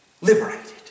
liberated